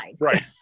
Right